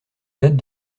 datent